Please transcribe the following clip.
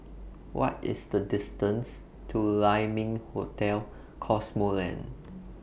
What IS The distance to Lai Ming Hotel Cosmoland